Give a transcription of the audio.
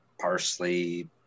parsley